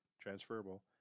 Transferable